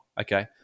okay